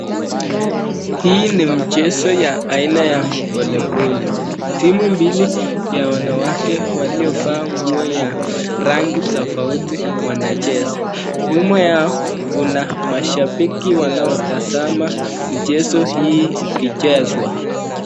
Hii ni mchezo ya aina ya voliboli ,timu mbili ya wanawake walioavaa nguo ya rangi tofauti wanacheza ,nyuma yao kuna mashabiki wanaotazama mchezo hii ikichezwa.